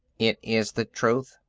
it is the truth,